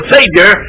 Savior